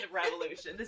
revolution